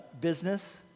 business